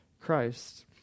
Christ